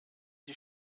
die